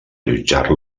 allotjar